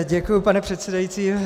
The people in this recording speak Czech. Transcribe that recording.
Děkuji, pane předsedající.